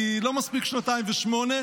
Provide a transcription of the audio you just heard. כי לא מספיק שנתיים ושמונה,